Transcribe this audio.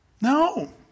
No